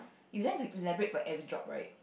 you don't have to elaborate for every job right